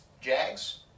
Jags